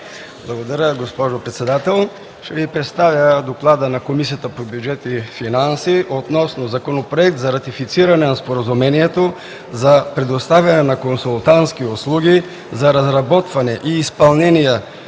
Благодаря, госпожо председател. Ще Ви представя „ДОКЛАД на Комисията по бюджет и финанси относно Законопроект за ратифициране на Споразумението за предоставяне на консултантски услуги за разработване и изпълнение